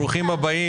ברוכים הבאים.